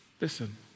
Listen